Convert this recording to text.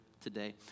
today